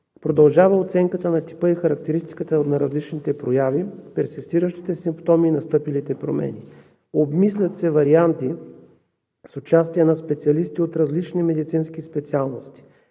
Продължава оценката на типа и характеристиката на различните прояви, персистиращите симптоми и настъпилите промени. Обмислят се варианти с участие на специалисти от различни медицински специалности